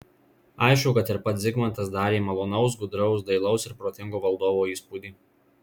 aišku kad ir pats zigmantas darė malonaus gudraus dailaus ir protingo valdovo įspūdį